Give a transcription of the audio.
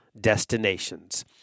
Destinations